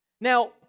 Now